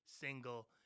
single